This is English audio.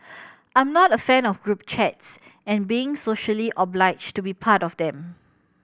I'm not a fan of group chats and being socially obliged to be part of them